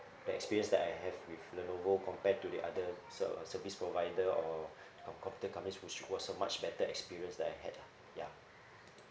the experience that I have with Lenovo compared to the other ser~ service provider or com~ computer companies which was so much better experience that I had lah ya